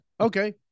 Okay